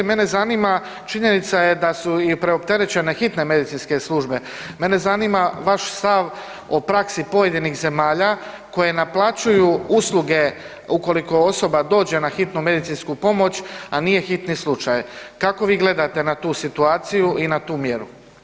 Mene zanima, činjenica je da su i preopterećene hitne medicinske službe, mene zanima vaš stav o praksi pojedinih zemalja koje naplaćuju usluge ukoliko osoba dođe na hitnu medicinsku pomoć, a nije hitni slučaj, kako vi gledate na tu situaciju i na tu mjeru?